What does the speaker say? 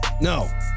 No